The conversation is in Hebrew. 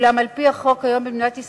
אולם על-פי החוק היום במדינת ישראל,